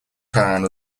khan